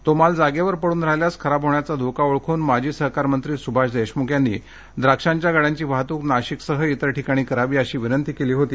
तो माल जागेवर पडून राहिल्यास खराब होण्याचा धोका ओळखून माजी सहकारमंत्री सुभाष देशमुख यांनी द्राक्षांच्या गाड्यांची वाहतूक नाशिकसह इतर ठिकाणी करावी अशी विनंती केली होती